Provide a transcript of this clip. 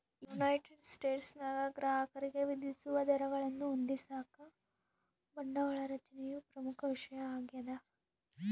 United ಸ್ಟೇಟ್ಸ್ನಾಗ ಗ್ರಾಹಕರಿಗೆ ವಿಧಿಸುವ ದರಗಳನ್ನು ಹೊಂದಿಸಾಕ ಬಂಡವಾಳ ರಚನೆಯು ಪ್ರಮುಖ ವಿಷಯ ಆಗ್ಯದ